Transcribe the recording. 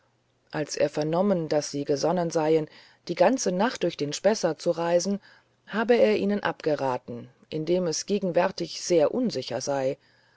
als er vernommen daß sie gesonnen seien die ganze nacht durch den spessart zu reisen habe er ihnen abgeraten indem es gegenwärtig sehr unsicher sei